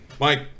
Mike